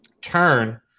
turn